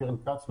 קרן כץ,